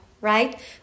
right